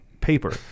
paper